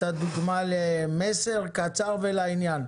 אתה דוגמה למסר קצר ולעניין.